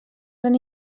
gran